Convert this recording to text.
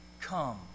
Come